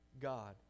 God